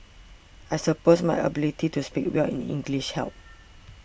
I suppose my ability to speak well in English helped